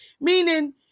meaning